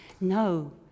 No